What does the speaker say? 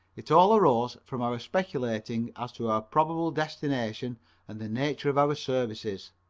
it all arose from our speculating as to our probable destination and the nature of our services.